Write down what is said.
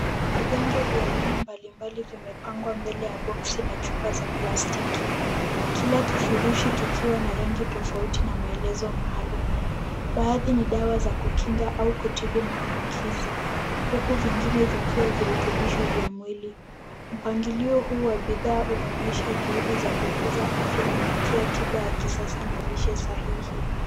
Vidonge vya aina mbalimbali zimepangwa mbele ya boxi na chupa za plastiki. Kila kifurushi kikiwa na rangi tofauti na maelezo maalum. Baadhi ni dawa za kukinga au kutibu maambukizi huku vingine vikiwa virutubisho vya mwili. Mpangilio huu wa bidhaa unaonyesha juhudi za kukuza afya kupitia tiba ya kisasa na lishe sahihi.